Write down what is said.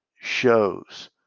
shows